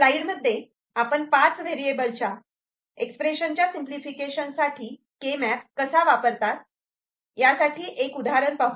स्लाईडमध्ये आपण पाच व्हेरिएबल एक्सप्रेशनच्या सिंपलिफिकेशनसाठी केमॅप कसा वापरतात यासाठी एक उदाहरण पाहू